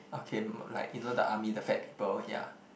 okay like you know the army the fat people ya